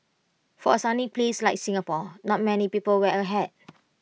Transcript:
for A sunny place like Singapore not many people wear A hat